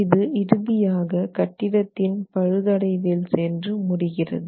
இது இறுதியாக கட்டிடத்தின் பழுதடைவில் சென்று முடிகிறது